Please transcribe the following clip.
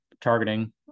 targeting